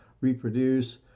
reproduce